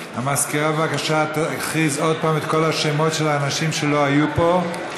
המזכירה בבקשה תכריז עוד פעם את כל השמות של האנשים שלא היו פה.